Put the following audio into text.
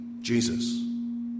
Jesus